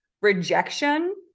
Rejection